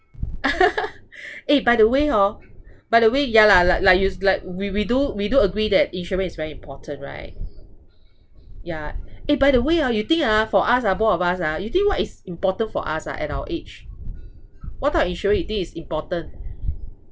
eh by the way hor by the way ya lah like like used like we we do we do agree that insurance is very important right yeah eh by the way ah you think ah for us ah both of us ah you think what is important for us ah at our age what type of insurance you think is important